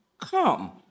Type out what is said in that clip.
come